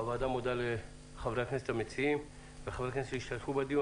הוועדה מודה לחברי הכנסת המציעים ולחברי הכנסת שהשתתפו בדיון.